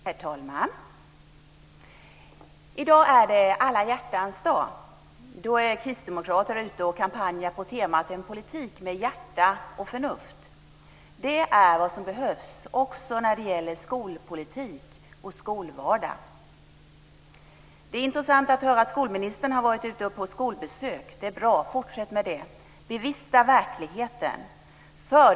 Herr talman! I dag är det alla hjärtans dag. Då är kristdemokrater ute och kampanjar på temat En politik med hjärta och förnuft. Det är vad som behövs också när det gäller skolpolitik och skolvardag. Det är intressant att höra att skolministern har varit ute på skolbesök. Det är bra; fortsätt med det. Bevista verkligheten!